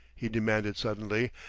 he demanded suddenly,